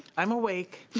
i'm awake.